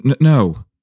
no